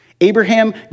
Abraham